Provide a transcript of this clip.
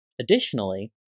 Additionally